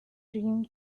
dream